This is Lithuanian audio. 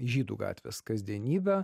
žydų gatvės kasdienybę